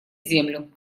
землю